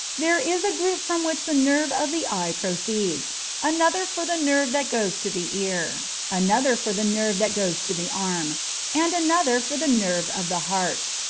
there is a group from which the nerve of the eye proceeds another for the nerve that goes to the ear another for the nerve that goes to the arm and another for the nerve of the heart.